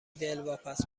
دلواپس